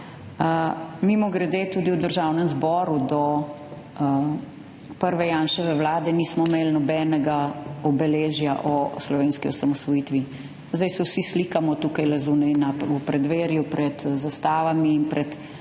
Mimogrede, tudi v Državnem zboru do prve Janševe vlade nismo imeli nobenega obeležja o slovenski osamosvojitvi. Zdaj se vsi slikamo tukajle zunaj v preddverju pred zastavami in pred